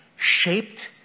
shaped